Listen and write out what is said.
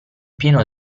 pieno